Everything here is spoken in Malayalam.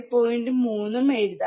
3 ഉം എഴുതാം